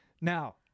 Now